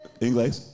English